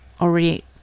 already